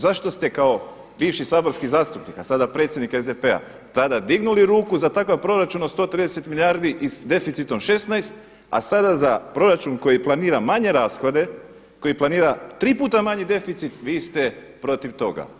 Zašto ste kao bivši saborski zastupnik a sada predsjednik SDP-a tada dignuli ruku za takav proračun od 130 milijardi i s deficitom 16 a sada za proračun koji planira manje rashode, koji planira 3 puta manji deficit vi ste protiv toga.